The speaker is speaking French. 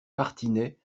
martinets